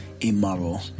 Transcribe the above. immoral